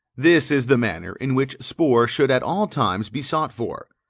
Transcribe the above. this is the manner in which spoor should at all times be sought for.